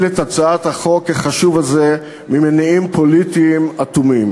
את הצעת החוק החשובה הזאת ממניעים פוליטיים אטומים,